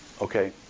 okay